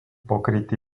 pokrytý